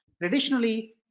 traditionally